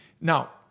Now